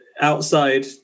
outside